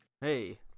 Hey